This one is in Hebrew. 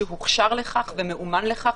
שמוכשר לכך ומאומן לכך,